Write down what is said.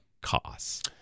costs